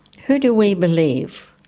who do we believe,